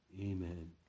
Amen